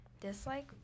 dislike